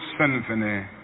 symphony